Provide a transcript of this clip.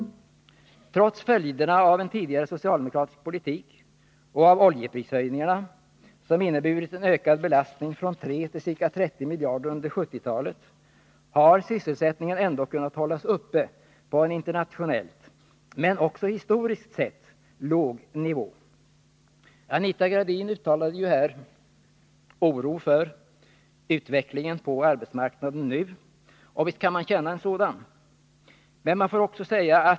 Trots följderna av en tidigare socialdemokratisk politik och av oljeprishöjningarna, som inneburit en ökad belastning från 3 till ca 30 miljarder under 1970-talet, har sysselsättningen ändå kunnat bibehållas på en internationellt, men också historiskt, sett låg nivå. Anita Gradin uttalade oro för utvecklingen på arbetsmarknaden, och visst kan man känna en sådan.